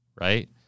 right